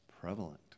prevalent